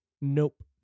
Nope